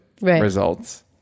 results